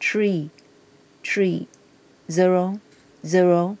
three three zero zero